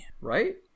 Right